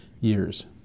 years